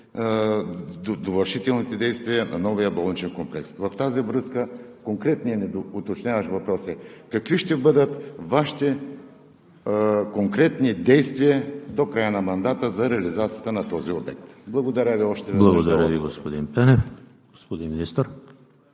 довършителните действия на новия болничен комплекс. В тази връзка конкретният ни доуточняващ въпрос е: какви ще бъдат Вашите конкретни действия до края на мандата за реализацията на този обект? Благодаря Ви още веднъж за отговора.